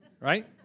right